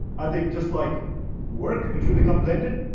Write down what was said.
i think just like work, which will become blended,